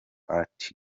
art